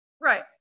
Right